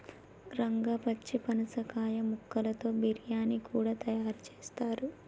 రంగా పచ్చి పనసకాయ ముక్కలతో బిర్యానీ కూడా తయారు చేస్తారు